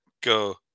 go